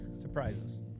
surprises